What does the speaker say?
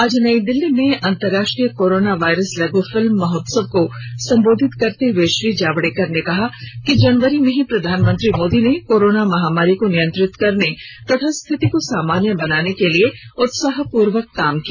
आज नई दिल्ली में अंतर्राष्ट्रीय कोरोना वायरस लघ् फिल्म महोत्सव को संबोधित करते हुए श्री जावडेकर ने कहा कि जनवरी में ही प्रधानमंत्री मोदी ने कोरोना महामारी को नियंत्रित करने तथा स्थिति को सामान्य बनाने के लिए उत्साहपूर्वक काम किया